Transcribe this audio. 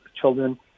children